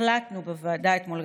החלטנו בוועדה אתמול,